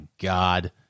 God